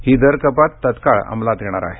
ही दर कपात तत्काळ अमलात येणार आहे